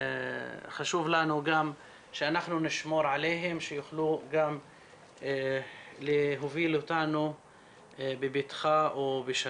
לכן חשוב לנו שנשמור עליהם שיוכלו גם להוביל אותנו בבטחה ובשלום.